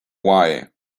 why